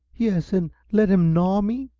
yes and let him gnaw me!